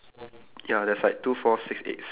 bit a bit brownish light brown